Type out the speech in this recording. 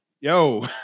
yo